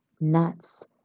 nuts